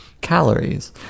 calories